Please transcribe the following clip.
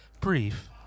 brief